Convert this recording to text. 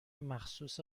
مخصوص